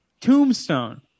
Tombstone